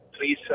please